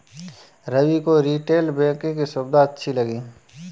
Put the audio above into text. रवि को retail banking की सुविधाएं अच्छी लगी